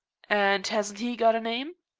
and hasn't he got a name?